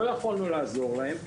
לא יכולנו לעזור להם.